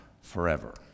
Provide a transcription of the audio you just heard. forever